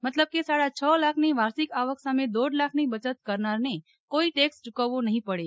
મતલબ કે સાડા છ લાખની વાર્ષિક આવક સામે દોઢ લાખની બચત કરનારને કોઇ ટેક્સ ચુકવવો નહીં પડે